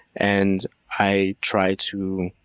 and i try to